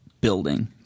building